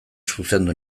zuzendu